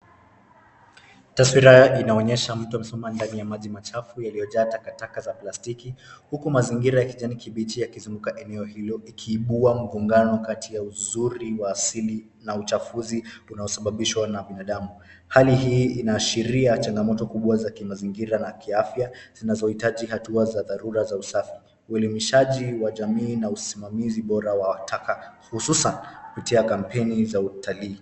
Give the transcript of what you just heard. Taswira inaonyesha mtu aliyesimama ndani ya maji machafu yaliyojaa takataka za plastiki, huku mazingira ya kijani kibichi yakizunguka eneo hilo ikiibua mgongano kati ya uzuri wa asili na uchafuzi unao sabababishwa na binadamu. Hali hii inaashiria changamoto kubwa za kimazingira na kiafya zinazohitaji hatua za dharura za usafi. Uelimishaji wa jamii na usimamizi bora wa taka hususan kupitia kampeni za utalii.